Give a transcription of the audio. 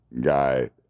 guy